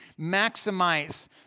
maximize